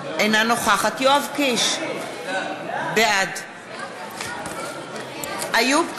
אינה נוכחת יואב קיש, בעד איוב קרא,